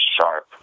sharp